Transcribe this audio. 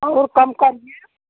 और कम कर करिए